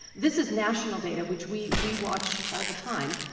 this is national data, which we we watch all the time,